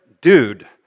dude